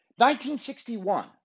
1961